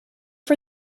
for